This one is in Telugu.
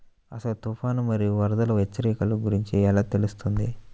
అసలు తుఫాను మరియు వరదల హెచ్చరికల గురించి ఎలా తెలుస్తుంది?